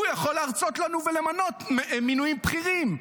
הוא יכול להרצות לנו ולמנות מינויים בכירים?